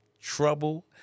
trouble